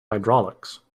hydraulics